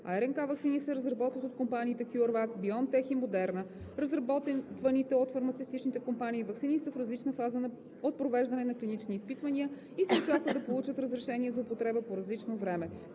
РНК ваксини се разработват от компаниите CureVac, BioNTech и Moderna. Разработваните от фармацевтичните компании ваксини са в различна фаза от провеждане на клинични изпитвания и се очаква да получат разрешение за употреба по различно време.